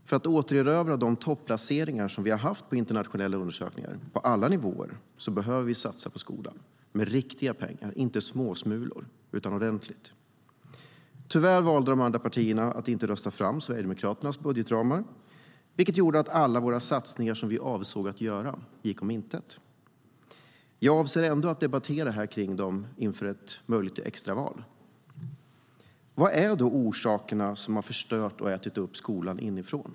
För att återerövra de topplaceringar vi har haft i internationella undersökningar på alla nivåer behöver vi satsa på skolan med ordentliga pengar, inte småsmulor. Vad är det då som har förstört och ätit upp skolan inifrån?